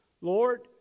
Lord